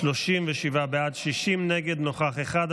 37 בעד, 60 נגד, נוכח אחד.